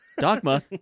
Dogma